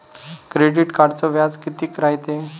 Credit कार्डचं व्याज कितीक रायते?